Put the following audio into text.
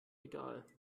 egal